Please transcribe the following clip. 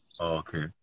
Okay